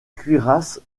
cuirasse